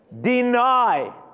deny